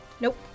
Nope